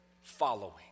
following